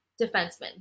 defenseman